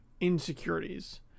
insecurities